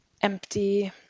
empty